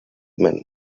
meant